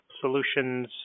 Solutions